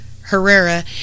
Herrera